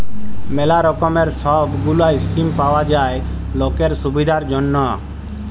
ম্যালা রকমের সব গুলা স্কিম পাওয়া যায় লকের সুবিধার জনহ